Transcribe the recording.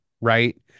right